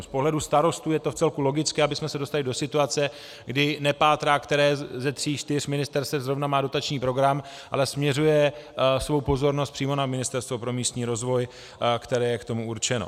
Z pohledu starostů je to vcelku logické, abychom se dostali do situace, kdy nepátrá, které ze tří čtyř ministerstev zrovna má dotační program, ale směřuje svou pozornost přímo na Ministerstvo pro místní rozvoj, které je k tomu určeno.